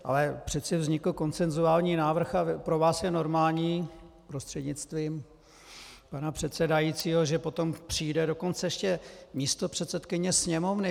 Ale přeci vznikl konsensuální návrh a pro vás je normální, prostřednictvím pana předsedajícího, že potom přijde dokonce ještě místopředsedkyně Sněmovny.